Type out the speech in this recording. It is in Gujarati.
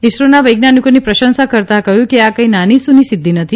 ઇસરોના વૈજ્ઞાનિકોની પ્રશંસા કરતાં કહ્યું કે આ કંઇ નાનીસૂની સિદ્ધિ નથી